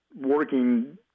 working –